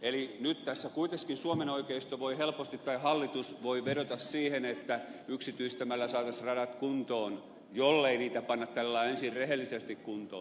eli nyt tässä kuitenkin suomen hallitus voi helposti vedota siihen että yksityistämällä saataisiin radat kuntoon jollei niitä panna tällä lailla ensin rehellisesti kuntoon